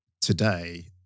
today